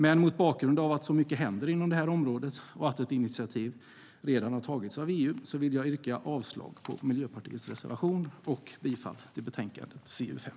Men mot bakgrund av att så mycket händer inom det här området och att ett initiativ redan har tagits av EU yrkar jag avslag på Miljöpartiets reservation och bifall till förslaget i betänkandet CU5.